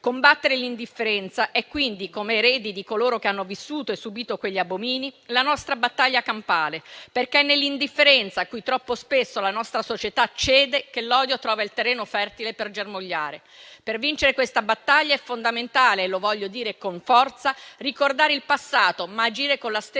Combattere l'indifferenza è quindi, come eredi di coloro che hanno vissuto e subito quegli abomini, la nostra battaglia campale, perché è nell'indifferenza, a cui troppo spesso la nostra società cede, che l'odio trova il terreno fertile per germogliare. Per vincere questa battaglia è fondamentale - lo voglio dire con forza - ricordare il passato, ma agire con la stessa